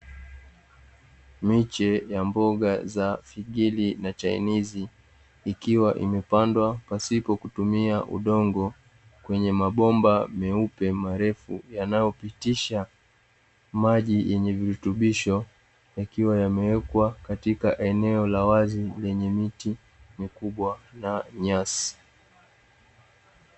Miche ya mboga za figiri na chainizi, ikiwa imepandwa pasipo kutumia udongo, kwenye mabomba meupe marefu yanayopitisha maji yenye virutubisho, yakiwa yamewekwa katika eneo la wazi, lenye miti mikubwa na nyasi.